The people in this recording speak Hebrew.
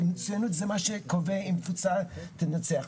ומצוינות זה מה שקובע אם קבוצה תנצח.